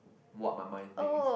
what my mind thinks